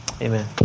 amen